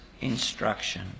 instruction